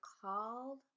called